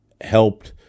helped